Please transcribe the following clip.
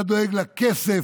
אתה דואג לכסף,